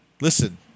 Listen